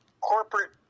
corporate